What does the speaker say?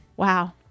Wow